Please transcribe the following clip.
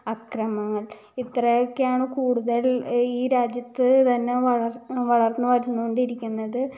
അക്രമങ്ങൾ ഇത്രയൊക്കെയാണ് കൂടുതൽ ഈ രാജ്യത്ത് തന്നെ വളർ വളർന്ന് വരുന്ന കൊണ്ടിരിക്കുന്നത്